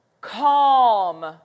calm